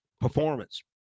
performance